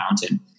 mountain